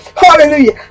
Hallelujah